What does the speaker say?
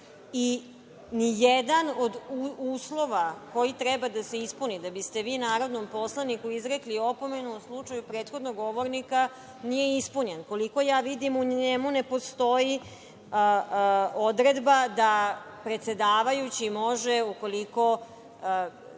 i nijedan od uslova koji treba da se ispune da biste vi narodnom poslaniku izrekli opomenu u slučaju prethodnog govornika, nije ispunjen. Koliko vidim, u njemu ne postoji odredba da predsedavajući može, ukoliko